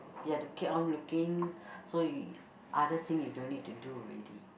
you have to keep on looking so you other thing you don't need to do already